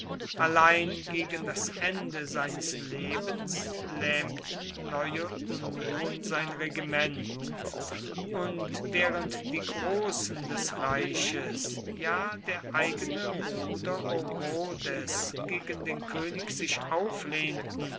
allein gegen das ende seines lebens lähmten neue unruhen sein regiment und während die großen des reiches ja der eigene bruder orodes gegen den könig sich auflehnten